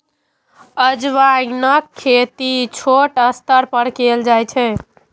अजवाइनक खेती छोट स्तर पर कैल जाइ छै